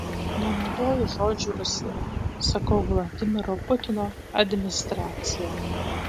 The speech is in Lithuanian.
nenaudoju žodžio rusija sakau vladimiro putino administracija